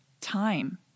Time